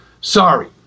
sorry